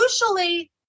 usually